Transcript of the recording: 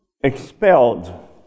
expelled